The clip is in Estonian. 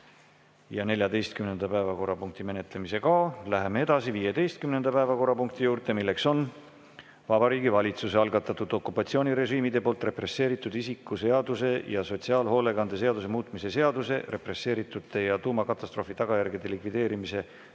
ja 14. päevakorrapunkti menetlemise ka. Läheme edasi 15. päevakorrapunkti juurde. See on Vabariigi Valitsuse algatatud okupatsioonirežiimide poolt represseeritud isiku seaduse ja sotsiaalhoolekande seaduse muutmise seaduse (represseeritute ja tuumakatastroofi tagajärgede likvideerijate